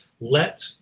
let